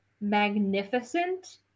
magnificent